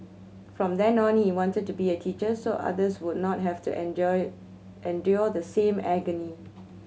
from then on he wanted to be a teacher so others would not have to enjoy endure the same agony